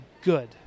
good